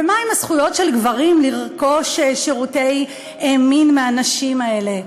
ומה עם הזכויות של גברים לרכוש שירותי מין מהנשים האלה.